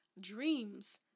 dreams